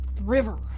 river